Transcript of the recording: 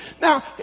Now